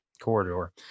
corridor